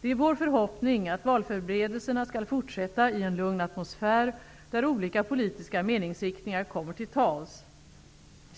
Det är vår förhoppning att valförberedelserna skall fortsätta i en lugn atmosfär där olika politiska meningsriktningar kommer till tals.